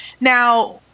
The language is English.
Now